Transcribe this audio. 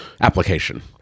application